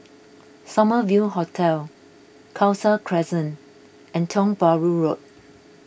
Summer View Hotel Khalsa Crescent and Tiong Bahru Road